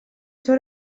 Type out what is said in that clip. seu